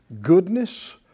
goodness